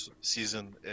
season